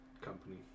company